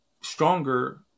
stronger